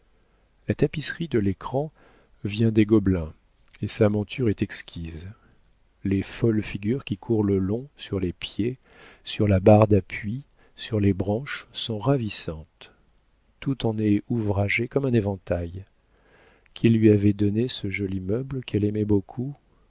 la tapisserie de l'écran vient des gobelins et sa monture est exquise les folles figures qui courent le long sur les pieds sur la barre d'appui sur les branches sont ravissantes tout en est ouvragé comme un éventail qui lui avait donné ce joli meuble qu'elle aimait beaucoup